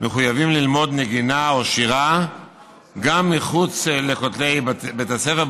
מחויבים ללמוד נגינה או שירה גם מחוץ לכותלי בית הספר,